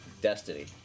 Destiny